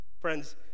Friends